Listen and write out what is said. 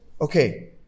okay